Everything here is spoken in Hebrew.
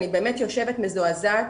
אני באמת יושבת מזועזעת,